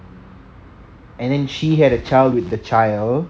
and then she had a child with the child